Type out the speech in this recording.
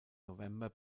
november